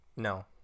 No